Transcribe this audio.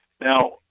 Now